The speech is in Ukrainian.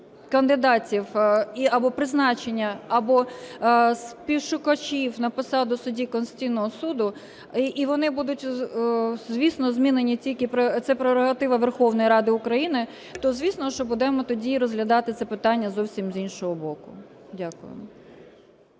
кандидатів і або призначення, або співшукачів на посаду судді Конституційного Суду, і вони будуть, звісно, змінені – тільки це прерогатива Верховної Ради України – то, звісно, що будемо тоді розглядати це питання зовсім з іншого боку. Дякую.